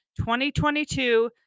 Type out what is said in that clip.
2022